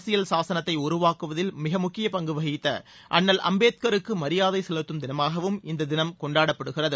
அரசியல் சாசனத்தை உருவாக்குவதில் மிக முக்கிய பங்கு வகித்த அன்னல் அம்பேத்கருக்கு மரியாதை செலுத்தும் தினமாகவும் இந்த தினம் கொண்டாடப்படுகிறது